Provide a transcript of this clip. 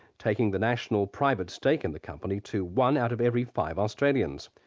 taking the national private stake in the company to one out of every five australians.